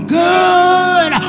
good